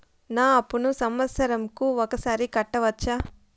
నా అప్పును సంవత్సరంకు ఒకసారి కట్టవచ్చా?